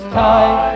time